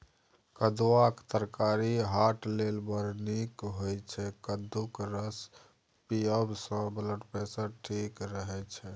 कद्दुआक तरकारी हार्ट लेल बड़ नीक होइ छै कद्दूक रस पीबयसँ ब्लडप्रेशर ठीक रहय छै